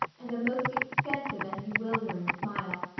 and a most extensive and bewildering smile.